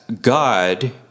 God